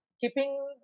keeping